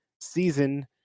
season